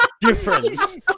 difference